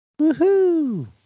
Woohoo